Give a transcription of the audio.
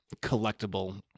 collectible